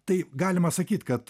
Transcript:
tai galima sakyt kad